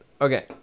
Okay